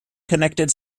connect